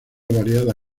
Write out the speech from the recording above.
variada